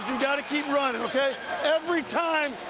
keep running. every time